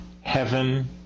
heaven